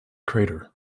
crater